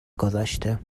گذاشته